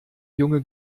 junge